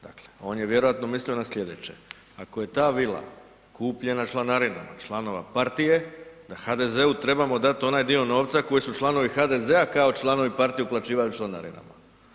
Dakle, on je vjerojatno mislio na slijedeće, ako je ta vila kupljena članarinom od članova partije da HDZ-u trebamo dati onaj dio novca koji su članovi HDZ-a kao članovi partije uplaćivali članarinom.